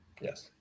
Yes